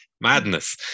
Madness